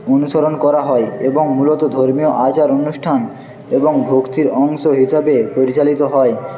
অনুসরণ করা হয় এবং মূলত ধর্মীয় আচার অনুষ্ঠান এবং ভক্তির অংশ হিসাবে পরিচালিত হয়